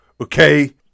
okay